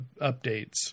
updates